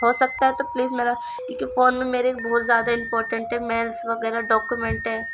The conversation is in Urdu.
ہو سکتا ہے تو پلیز میرا کیونکہ فون میں میرے بہت زیادہ امپارٹینٹ ہے میلس وغیرہ ڈاکومنٹ ہے